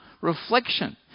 reflection